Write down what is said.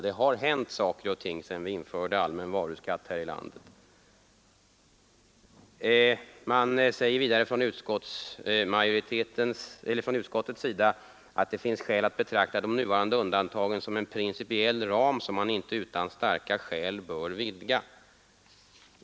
Det har hänt saker och ting sedan vi införde allmän varuskatt här i landet. Utskottet säger att det finns skäl att betrakta de nuvarande undantagen som en principiell ram som man inte utan starka skäl bör vidga.